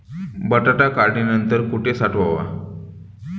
बटाटा काढणी नंतर कुठे साठवावा?